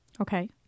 Okay